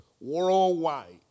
worldwide